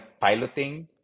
piloting